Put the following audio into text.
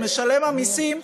משלם המסים,